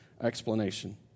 explanation